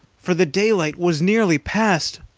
for the daylight was nearly past.